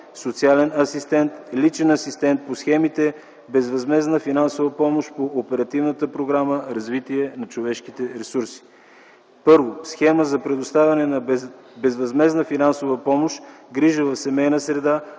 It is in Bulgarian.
„социален асистент”, „личен асистент” по схемите за безвъзмездна финансова помощ по Оперативната програма „Развитие на човешките ресурси”. Първо, схема за предоставяне на безвъзмездна финансова помощ „грижа в семейна среда”